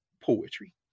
poetry